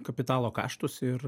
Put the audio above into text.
kapitalo kaštus ir